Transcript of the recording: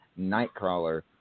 Nightcrawler